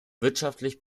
wirtschaftlich